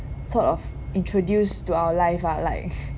sort of introduced to our life ah like